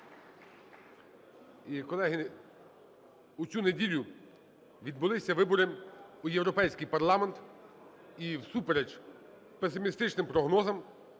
колеги, в цю неділю відбулися вибори в Європейський парламент. І всупереч песимістичним прогнозам